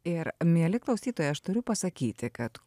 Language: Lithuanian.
ir mieli klausytojai aš turiu pasakyti kad